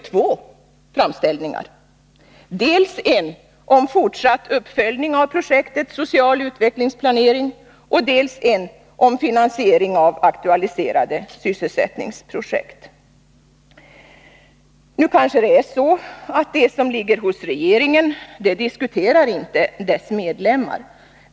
två framställningar — dels en om fortsatt uppföljning av projektet social utvecklingsplanering, dels en om finansiering av aktualiserade sysselsättningsprojekt. Kanske är det så att det som ligger hos regeringen inte diskuteras av regeringens medlemmar.